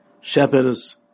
shepherds